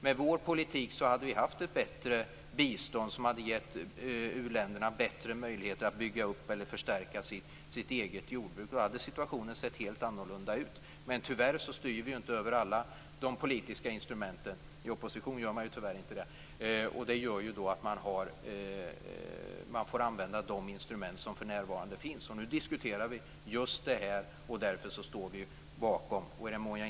Med vår politik hade vi haft ett bättre bistånd som hade gett u-länderna bättre möjligheter att bygga upp eller förstärka sitt eget jordbruk. Då hade situationen sett helt annorlunda ut. Men tyvärr styr vi inte över alla de politiska instrumenten. I opposition gör man tyvärr inte det. Det gör att man får använda de instrument som för närvarande finns. Nu diskuterar vi just det här. Därför står vi bakom den här reservationen.